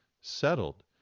settled